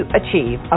achieve